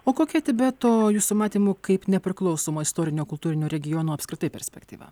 o kokia tibeto jūsų matymu kaip nepriklausomo istorinio kultūrinio regiono apskritai perspektyva